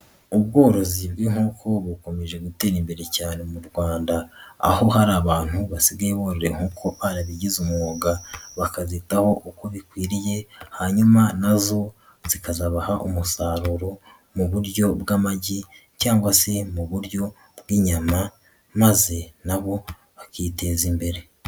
Ubworozi bw'inkoko bukomeje gutera imbere cyane mu Rwanda, aho hari abantu basigaye borora inkoko barabigize umwuga, bakabyitaho uko bikwiriye, hanyuma na zo zikazabaha umusaruro mu buryo bw'amagi cyangwa se mu buryo bw'inyama maze na bo bakiteza imbere.